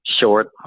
short